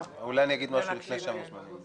--- אולי אני אגיד משהו לפני שהמוזמנים ידברו.